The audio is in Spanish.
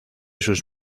sus